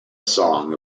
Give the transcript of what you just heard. song